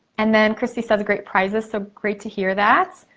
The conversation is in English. and then chrissy says great prizes. so great to hear that.